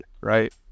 right